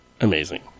amazing